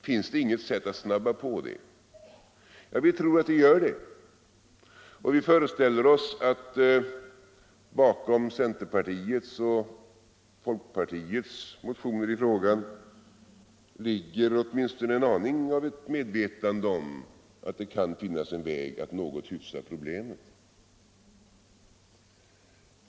Finns det inget sätt att snabba på? Vi tror att det gör det, och vi föreställer oss att bakom centerpartiets och folkpartiets motioner i frågan ligger åtminstone en aning av ett medvetande om att det kan finnas en väg att något hyfsa problemet.